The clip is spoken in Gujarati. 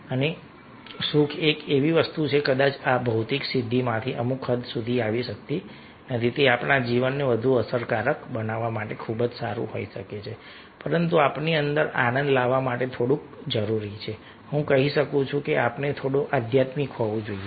અને સુખ એક એવી વસ્તુ છે કે કદાચ આ ભૌતિક સિદ્ધિમાંથી અમુક હદ સુધી આવી શકતી નથી તે આપણા જીવનને વધુ આરામદાયક બનાવવા માટે ખૂબ જ સારું હોઈ શકે છે પરંતુ આપણી અંદર આનંદ લાવવા માટે થોડુંક જરૂરી છે હું કહી શકું છું કે આપણે થોડું આધ્યાત્મિક હોવું જોઈએ